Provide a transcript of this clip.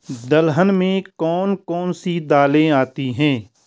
दलहन में कौन कौन सी दालें आती हैं?